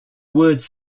words